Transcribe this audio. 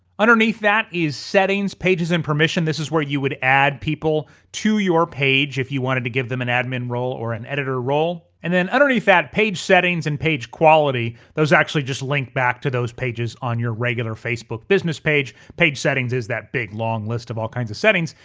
underneath that is settings, pages and permission. this is where you would add people to your page if you wanted to give them an admin role or an editor role. and then underneath that, page settings and page quality. those actually just link back to those pages on your regular facebook business page. page settings is that big long list of all kinds of settings.